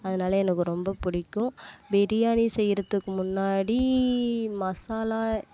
அதனால் எனக்கு ரொம்ப பிடிக்கும் பிரியாணி செய்கிறத்துக்கு முன்னாடி மசாலா